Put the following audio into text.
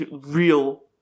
real